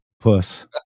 Puss